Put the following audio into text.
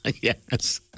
Yes